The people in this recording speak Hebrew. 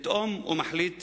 פתאום הוא מחליט